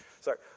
Sorry